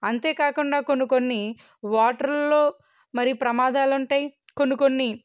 అంతేకాకుండా కొన్ని కొన్ని వాటర్లో మరి ప్రమాదాలు ఉంటాయి కొన్ని కొన్ని